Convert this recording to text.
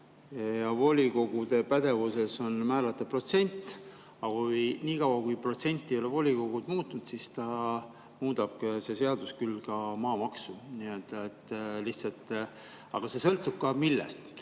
Ja volikogude pädevuses on määrata protsent. Aga niikauaks, kui protsenti ei ole volikogud muutnud, muudab see seadus küll ka maamaksu. Lihtsalt see sõltub ka millestki.